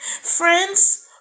Friends